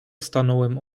stanąłem